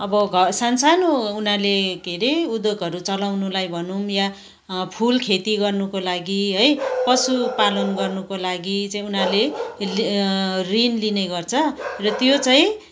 अब घ सान सानो उनीहरूले के रे उद्योगहरू चलाउनलाई भनौँ या फुल खेती गर्नका लागि है पशुपालन गर्नको लागि चाहिँ उनारले ऋण लिने गर्छ र त्यो चाहिँ